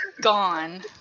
gone